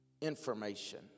information